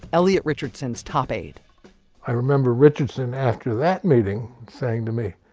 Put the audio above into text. elliot richardson's top aide i remember richardson after that meeting saying to me,